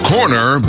Corner